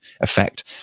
effect